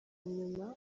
nyuma